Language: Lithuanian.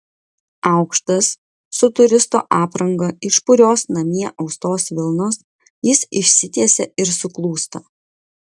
aukštas su turisto apranga iš purios namie austos vilnos jis išsitiesia ir suklūsta